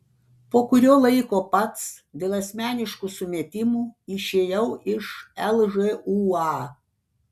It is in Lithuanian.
po kurio laiko pats dėl asmeniškų sumetimų išėjau iš lžūa